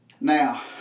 Now